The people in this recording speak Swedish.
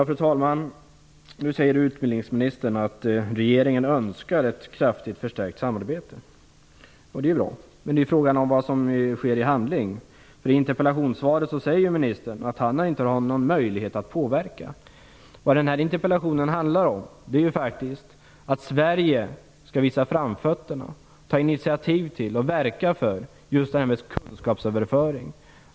Fru talman! Nu säger utbildningsministern att regeringen önskar ett kraftigt förstärkt samarbete. Det är bra. Men frågan är vad som sker i handling. I interpellationssvaret säger ministern att han inte har någon möjlighet att påverka. Den här interpellationen handlar faktiskt om att Sverige skall visa framfötterna, ta initiativ till och verka för just detta med kunskapsöverföring.